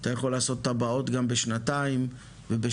אתה יכול לעשות את הבאות גם בשנתיים ובשלוש,